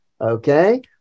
Okay